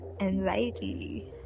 anxiety